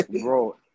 Bro